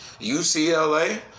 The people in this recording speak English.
UCLA